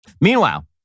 Meanwhile